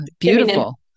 beautiful